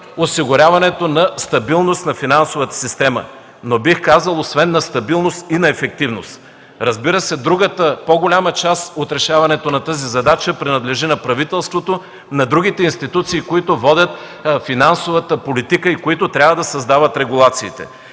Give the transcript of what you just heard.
осигуряването на стабилност на финансовата система, но бих казал – освен на стабилност, и на ефективност. Другата, по-голяма част от решаването на тази задача принадлежи на правителството, на другите институции, които водят финансовата политика и които трябва да създават регулациите.